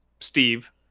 Steve